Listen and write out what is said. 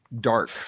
dark